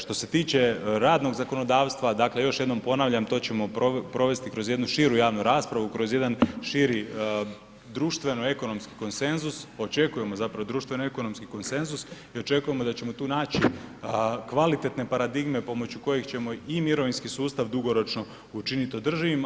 Što se tiče radnog zakonodavstva, dakle još jednom ponavljam to ćemo provesti kroz jednu širu javnu raspravu kroz jedan širi društveno ekonomski konsenzus, očekujemo zapravo društveno ekonomski konsenzus i očekujemo da ćemo tu naći kvalitetne paradigme pomoću kojeg ćemo i mirovinski sustav dugoročno učiniti održivim.